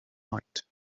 night